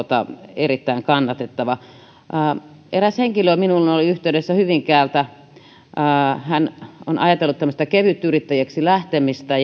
erittäin kannatettava asia eräs henkilö hyvinkäältä oli minuun yhteydessä hän on ajatellut tämmöistä kevytyrittäjäksi lähtemistä